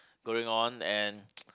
going on and